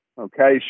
Okay